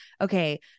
okay